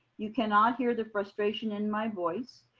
you cannot hear the frustration in my voice.